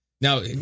Now